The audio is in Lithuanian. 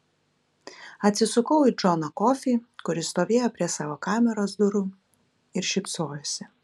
atsisukau į džoną kofį kuris stovėjo prie savo kameros durų ir šypsojosi